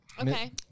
Okay